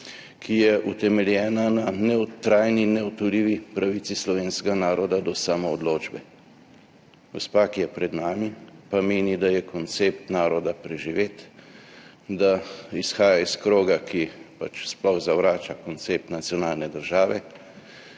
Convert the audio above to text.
ki je utemeljena na trajni in neodtujljivi pravici slovenskega naroda do samoodločbe. Gospa, ki je pred nami, pa meni, da je koncept naroda preživet, da izhaja iz kroga, ki sploh zavrača koncept nacionalne države,